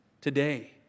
today